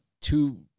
two